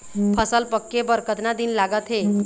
फसल पक्के बर कतना दिन लागत हे?